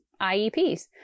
IEPs